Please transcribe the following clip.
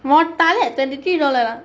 உன் தலை:un thalai twenty three dollar